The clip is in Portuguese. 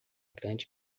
grande